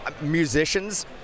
musicians